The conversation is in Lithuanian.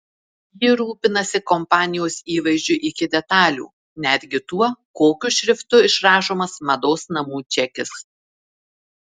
ji rūpinasi kompanijos įvaizdžiu iki detalių netgi tuo kokiu šriftu išrašomas mados namų čekis